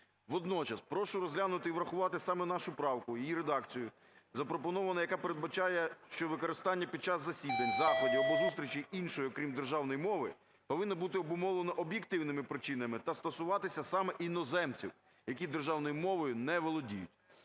Водночас прошу розглянути і врахувати саме нашу правку, її редакцію запропоновану, яка передбачає, що використання під час засідань, заходів або зустрічей іншої, окрім державної, мови, повинно бути обумовлено об'єктивними причинами та стосуватися саме іноземців, які державною мовою не володіють.